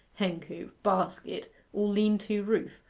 hencoop, basket, or lean-to roof,